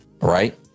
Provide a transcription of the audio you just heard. right